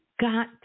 got